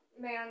man